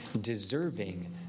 deserving